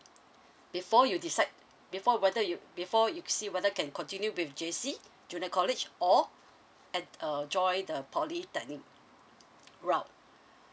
before you decide before whether you before you see whether can continue with J_C junior college or at uh join the polytechnic route